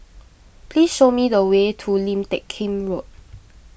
please show me the way to Lim Teck Kim Road